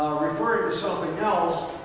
referring to something else,